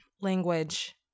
language